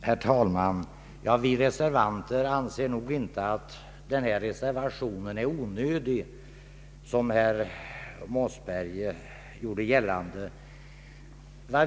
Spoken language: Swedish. Herr talman! Vi reservanter anser nog inte att reservationen är onödig, som herr Mossberger gjorde gällande.